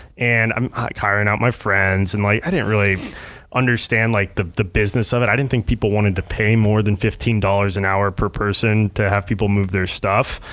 and i'm hiring out my friends. and like i didn't really understand like the the business of it. i didn't think people wanted to pay more than fifteen dollars an hour per person to have them move their stuff.